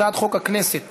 הצעת חוק הכנסת (תיקון,